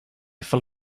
full